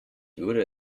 würde